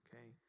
okay